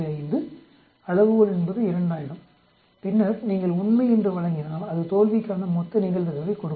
5 அளவுகோள் என்பது 2000 பின்னர் நீங்கள் உண்மை என்று வழங்கினால் அது தோல்விக்கான மொத்த நிகழ்தகவைக் கொடுக்கும்